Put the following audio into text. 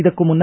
ಇದಕ್ಕೂ ಮುನ್ನ